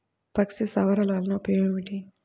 పక్షి స్థావరాలు వలన ఉపయోగం ఏమిటి?